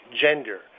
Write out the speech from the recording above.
gender